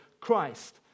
Christ